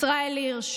ישראל הירש,